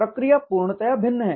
प्रक्रिया पूर्णतया भिन्न है